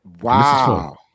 Wow